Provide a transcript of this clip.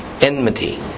enmity